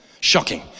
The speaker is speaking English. Shocking